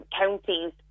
counties